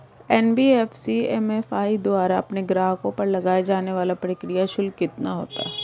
NBFC MFI द्वारा अपने ग्राहकों पर लगाए जाने वाला प्रक्रिया शुल्क कितना होता है?